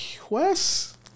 Quest